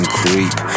creep